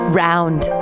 round